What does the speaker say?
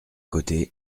côté